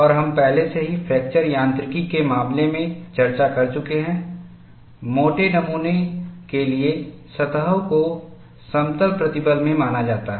और हम पहले से ही फ्रैक्चर यांत्रिकी के मामले में चर्चा कर चुके हैं मोटे नमूनों के लिए सतहों को समतल प्रतिबल में माना जाता है